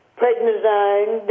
prednisone